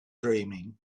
dreaming